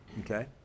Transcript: Okay